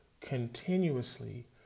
continuously